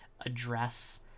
address